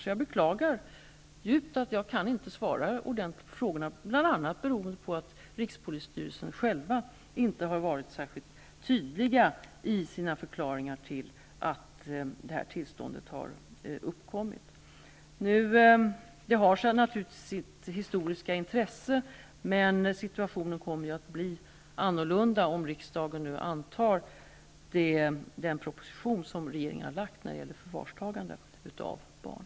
Jag beklagar djupt att jag inte kan svara ordentligt på frågorna, bl.a. beroende på att rikspolisstyrelsen själv inte har varit särskilt tydlig i sin förklaring till att detta tillstånd har uppkommit. Detta har naturligtvis sitt historiska intresse, men situationen kommer att bli annorlunda om riksdagen antar den proposition som regeringen har lagt fram, om förvarstagande av barn.